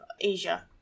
Asia